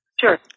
Sure